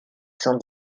cent